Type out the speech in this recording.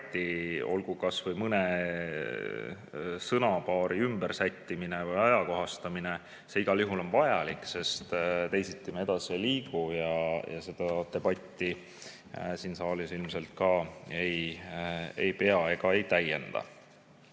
olgu kas või mõne sõnapaari ümbersättimist või ajakohastamist, on igal juhul vaja, sest teisiti me edasi ei liigu ja seda debatti siin saalis ilmselt ka ei pea ega täienda.